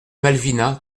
malvina